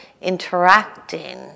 interacting